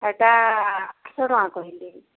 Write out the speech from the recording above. ଏଇଟା ଆଠଶହ ଟଙ୍କା କହିଲି